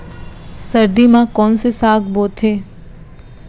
सर्दी मा कोन से साग बोथे?